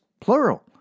plural